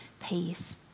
peace